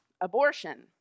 abortion